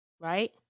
right